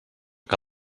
que